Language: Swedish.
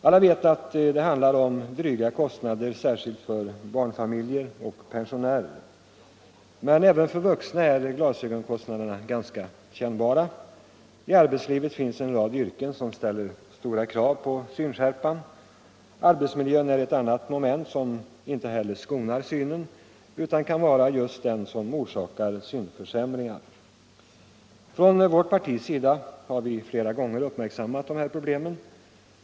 Alla vet att glasögonkostnaderna är dryga särskilt för barnfamiljer och pensionärer, men även för vuxna är de ganska kännbara. I arbetslivet finns en rad yrken som ställer stora krav på synskärpa. Arbetsmiljön är ett moment som inte heller skonar synen utan just kan orsaka synförsämringar. Vårt parti har flera gånger uppmärksammat dessa problem.